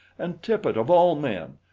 and tippet of all men!